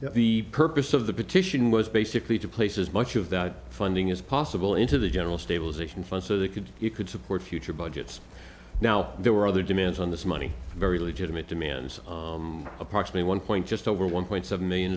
the purpose of the petition was basically to place as much of that funding as possible into the general stabilization fund so they could you could support future budgets now there were other demands on this money very legitimate demands a part of me one point just over one point seven million